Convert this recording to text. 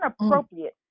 inappropriate